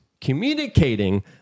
communicating